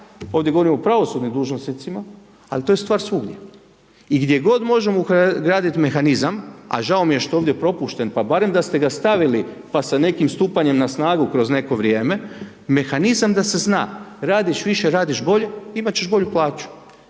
ovdje govorimo o pravosudnim dužnosnicima, ali to je stvar svugdje i gdje god možemo ugradit mehanizam, a žao mi je što je ovdje propušten pa barem da ste ga stavili pa sa nekim stupanjem na snagu kroz neko vrijeme, mehanizam da se zna, radiš više, radiš bolje imat ćeš bolju plaću,